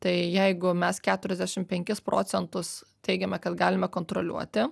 tai jeigu mes keturiasdešim penkis procentus teigiame kad galime kontroliuoti